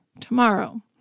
tomorrow